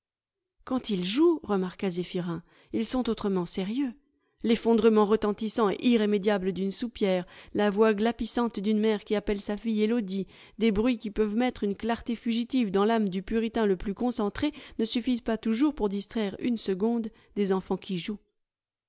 quand ils jouent remarqua zéphyrin ils sont autrement sérieux l'effondrement retentissant et irrémédiable d'une soupière la voix glapissante d'une mère qui appelle sa fille elodie des bruits qui peuvent mettre une clarté fugitive dans l'âme du puritain le plus concentré ne suffisent pas toujours pour distraire une seconde des enfants qui jouent